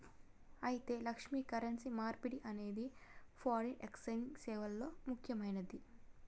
అయితే లక్ష్మి, కరెన్సీ మార్పిడి అనేది ఫారిన్ ఎక్సెంజ్ సేవల్లో ముక్యమైనది